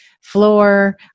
floor